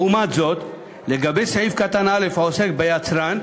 לעומת זאת, לגבי סעיף קטן (א) העוסק ביצרן,